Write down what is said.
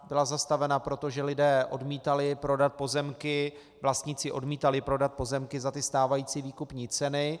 Byla zastavena proto, že lidé odmítali prodat pozemky, vlastníci odmítali prodat pozemky za stávající výkupní ceny.